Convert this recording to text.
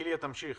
איליה, תמשיך.